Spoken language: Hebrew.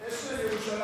אשל ירושלים.